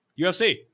UFC